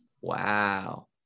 wow